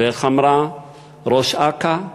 ואיך אמרה ראש אכ"א: